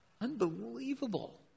Unbelievable